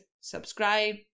subscribe